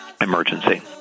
emergency